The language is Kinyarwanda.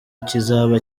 kizaba